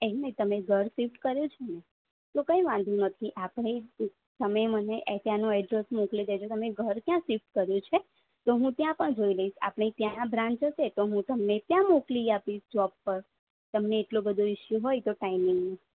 એમ નહીં તમે ઘર શિફ્ટ કર્યું છે ને તો કંઈ વાંધો નથી આપણે તમે મને ત્યાંનો એડ્રેસ મોકલી દેજો તમે ઘર ક્યાં શિફ્ટ કર્યું છે તો હું ત્યાં પણ જોઈ લઈશ આપણે ત્યાં બ્રાન્ચ હશે તો હું તમને ત્યાં મોકલી આપીશ જોબ પર તમને એટલો બધો ઇસ્યુ હોય તો ટાઇમિંગનો